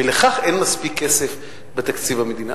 ולכך אין מספיק כסף בתקציב המדינה.